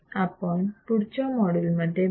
आपण पुढच्या मॉड्यूल मध्ये भेटू